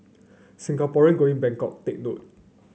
Singaporean going Bangkok take